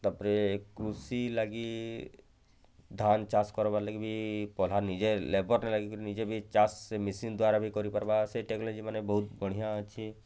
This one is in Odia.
ତା'ପରେ କୃଷି ଲାଗି ଧାନ୍ ଚାଷ୍ କରବାର୍ ଲାଗି ଭି ପହେଲା ନିଜେ ଲେବର୍ଟେ ଲଗାଇକରି ବି ନିଜେ ବି ଚାଷ୍ ସେ ମେସିନ୍ ଦ୍ୱାରା ବି କରିପାରବା ସେ ଟେକ୍ନୋଲୋଜି ମାନେ ବି ବହୁତ୍ ବଢ଼ିଆଁ ଅଛେ